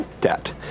debt